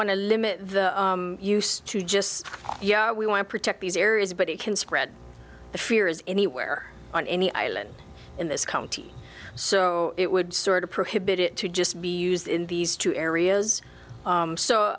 want to limit the use to just yeah we want to protect these areas but he can spread the fears anywhere on any island in this county so it would sort of prohibit it to just be used in these two areas